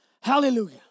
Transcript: Hallelujah